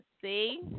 See